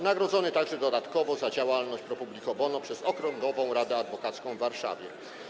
Nagrodzony także dodatkowo za działalność pro publico bono przez Okręgową Radę Adwokacką w Warszawie.